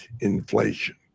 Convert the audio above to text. inflation